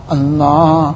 Allah